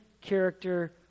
character